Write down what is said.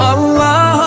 Allah